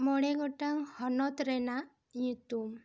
ᱢᱚᱬᱮ ᱜᱚᱴᱟᱝ ᱦᱚᱱᱚᱛ ᱨᱮᱱᱟᱜ ᱧᱩᱛᱩᱢ